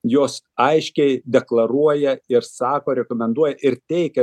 jos aiškiai deklaruoja ir sako rekomenduoja ir teikia